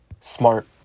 Smart